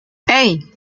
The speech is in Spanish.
hey